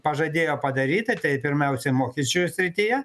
pažadėjo padaryti tai pirmiausiai mokesčių srityje